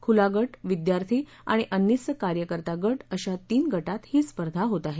खुला गट विद्यार्थी आणि अंनिस कार्यकर्ता गट अशा तीन गटात ही स्पर्धा होत आहे